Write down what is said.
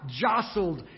jostled